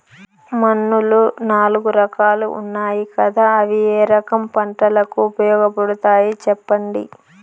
మన్నులో నాలుగు రకాలు ఉన్నాయి కదా అవి ఏ రకం పంటలకు ఉపయోగపడతాయి చెప్పండి?